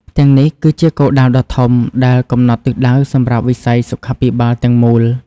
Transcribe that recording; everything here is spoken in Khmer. ទាំងនេះគឺជាគោលដៅដ៏ធំដែលកំណត់ទិសដៅសម្រាប់វិស័យសុខាភិបាលទាំងមូល។